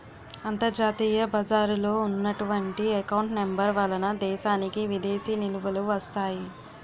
అంతర్జాతీయ బజారులో ఉన్నటువంటి ఎకౌంట్ నెంబర్ వలన దేశానికి విదేశీ నిలువలు వస్తాయి